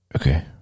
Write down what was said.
Okay